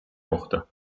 მოხდა